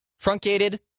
truncated